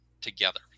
together